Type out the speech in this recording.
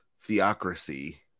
theocracy